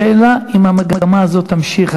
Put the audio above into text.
אתה צודק, השאלה אם המגמה הזאת תימשך.